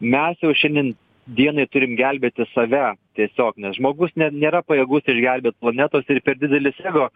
mes jau šiandien dienai turim gelbėti save tiesiog nes žmogus ne nėra pajėgus išgelbėt planetos ir per didelis ego